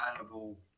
available